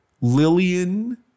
lillian